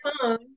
phone